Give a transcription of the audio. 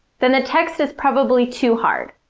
then the text is probably too hard.